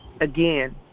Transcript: Again